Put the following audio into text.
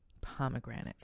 pomegranate